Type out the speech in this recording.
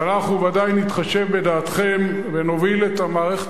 ואנחנו ודאי נתחשב בדעתכם ונוביל את המערכת